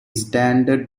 standard